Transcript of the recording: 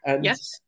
Yes